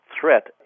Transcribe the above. threat